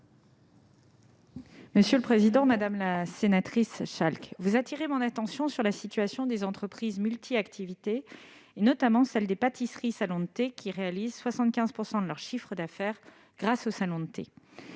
ministre déléguée. Madame la sénatrice Schalck, vous appelez mon attention sur la situation des entreprises multi-activités, notamment sur celle des pâtisseries-salons de thé, qui réalisent 75 % de leur chiffre d'affaires grâce au salon de thé.